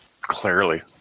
Clearly